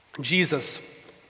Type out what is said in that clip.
Jesus